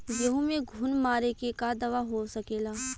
गेहूँ में घुन मारे के का दवा हो सकेला?